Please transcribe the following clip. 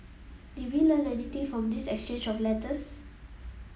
did we learn anything from this exchange of letters